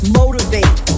motivate